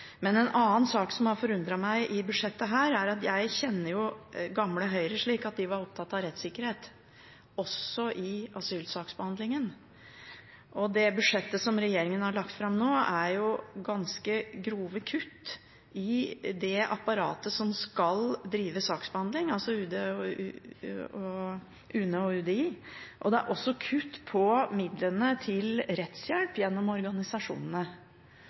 Men det er en annen sak som har forundret meg i dette budsjettet. Jeg kjenner jo gamle Høyre slik at de var opptatt av rettssikkerhet, også i asylsaksbehandlingen, og det budsjettet som regjeringen har lagt fram nå, har jo ganske grove kutt i det apparatet som skal drive saksbehandling, altså UNE og UDI. Det er også kutt i midlene til rettshjelp gjennom organisasjonene.